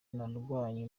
narwanye